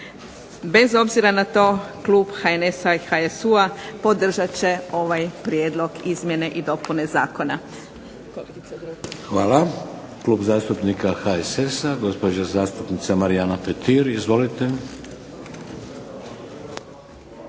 Bez obzira na to, klub HNS-a i HSU-a podržat će ovaj prijedlog izmjene i dopune zakona. Hvala lijepo. **Šeks, Vladimir (HDZ)** Hvala. Klub zastupnika HSS-a, gospođa zastupnica Marijana Petir. Izvolite.